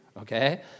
okay